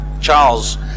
Charles